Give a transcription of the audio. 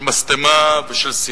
של משטמה ושל שנאה.